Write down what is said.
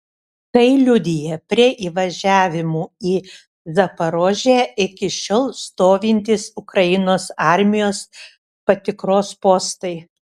tai liudija prie įvažiavimų į zaporožę iki šiol stovintys ukrainos armijos patikros postai